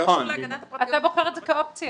אתה בוחר את זה כאופציה